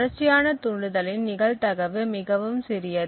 தொடர்ச்சியான தூண்டுதலின் நிகழ் தகுவு மிகவும் சிறியது